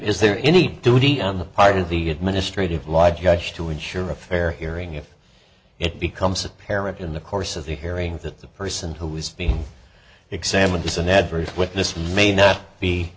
is there any duty on the part of the administrative law judge to ensure a fair hearing if it becomes apparent in the course of the hearing that the person who is being examined is an adverse witness may not be